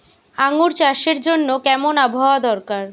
আঙ্গুর চাষের জন্য কেমন আবহাওয়া দরকার?